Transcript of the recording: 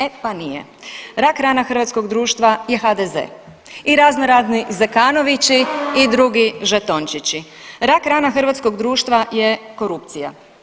E pa nije, rak rana hrvatskog društva je HDZ i raznorazni Zekanovići i drugi žetončići, rak rana hrvatskog društva je korupcija.